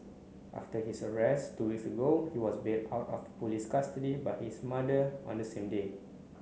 after his arrest two weeks ago he was bailed out of police custody by his mother on the same day